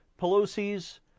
Pelosi's